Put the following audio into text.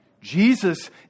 Jesus